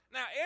Now